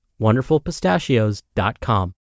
wonderfulpistachios.com